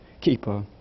keeper